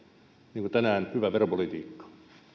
niin kuin tänään hyvää veropolitiikkaa